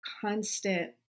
constant